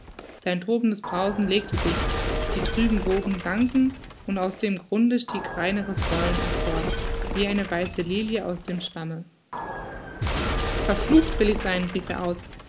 sein tobendes brausen legte sich die trüben wogen sanken und aus dem grunde stieg reineres wollen empor wie eine weiße lilie aus dem schlamme verflucht will ich sein rief er aus